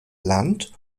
land